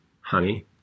Honey